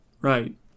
Right